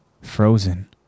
frozen